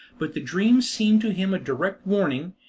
but the dream seemed to him a direct warning,